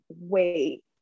wait